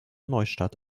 neustadt